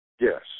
Yes